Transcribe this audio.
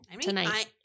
tonight